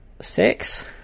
Six